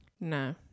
No